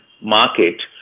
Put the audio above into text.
market